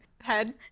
head